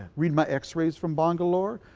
read my x-rays from bangalore.